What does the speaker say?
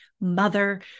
mother